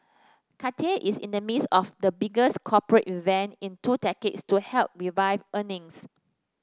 Cathay is in the midst of the biggest corporate revamp in two decades to help revive earnings